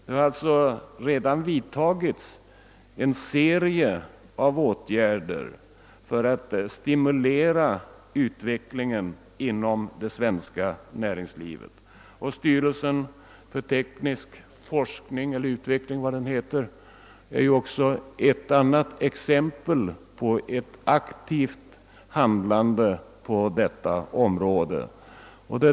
Det har alltså redan vidtagits en serie av åtgärder för att stimulera utvecklingen inom det svenska näringslivet, och styrelsen för teknisk utveckling är ett annat exempel på aktivt handlande på detta område.